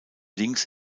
links